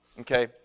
okay